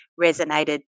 resonated